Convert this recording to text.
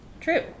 true